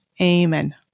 Amen